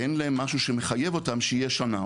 אין להם משהו שמחייב אותם שזה יהיה שנה.